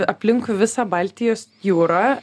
aplink visą baltijos jūrą